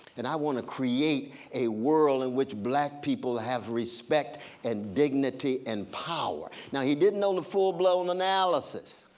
and i want to create a world in which black people have respect and dignity and power. now he didn't know the full blown analysis.